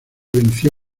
venció